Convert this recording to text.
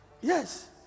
Yes